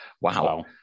Wow